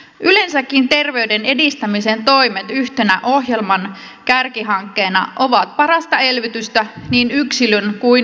yleensäkin terveyden edistämisen toimet yhtenä ohjelman kärkihankkeena ovat parasta elvytystä niin yksilön kuin yhteiskuntammekin tasolla